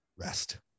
rest